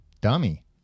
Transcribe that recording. dummy